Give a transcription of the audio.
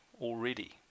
already